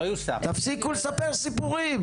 תפסיקו לספר סיפורים.